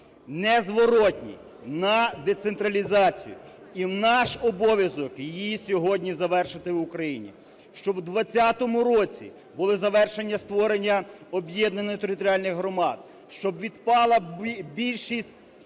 незворотній на децентралізацію. І наш обов'язок її сьогодні завершити в Україні, щоб в 20-му році було завершення створення об'єднаних територіальних громад, щоб відпала більшість,